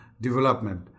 development